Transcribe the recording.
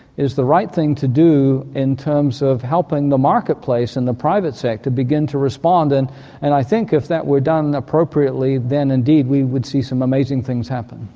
is the right thing to do in terms of helping the marketplace and the private sector begin to respond. and and i think if that were done appropriately then indeed we would see some amazing things happen.